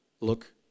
Look